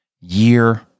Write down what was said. year